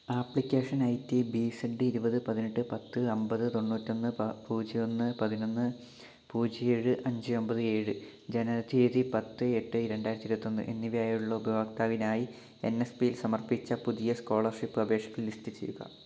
application I T B Z ഇരുപത് പതിനെട്ട് പത്ത് അൻപത് തൊണ്ണൂറ്റിയൊന്ന് പൂജ്യം ഒന്ന് പതിനൊന്ന് പൂജ്യം ഏഴ് അഞ്ച് ഒൻപത് ഏഴ് ജനനത്തീയതി പത്ത് എട്ട് രണ്ടായിരത്തി ഇരുപത്തിയൊന്ന് എന്നിവയുള്ള ഉപയോക്താവിനായി എൻ എസ് പിയിൽ സമർപ്പിച്ച പുതിയ സ്കോളർഷിപ്പ് അപേക്ഷകൾ ലിസ്റ്റ് ചെയ്യുക